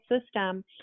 system